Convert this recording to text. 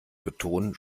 betonen